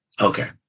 Okay